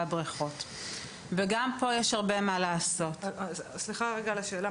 אין בריכות שבונים בגובה של 60 סנטימטר מים רדודים.